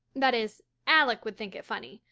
that is, alec would think it funny,